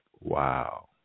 wow